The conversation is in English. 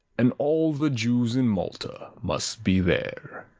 and all the jews in malta must be there.